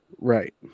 Right